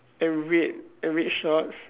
and red and red shorts